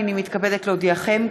הנני מתכבדת להודיעכם,